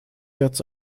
jetzt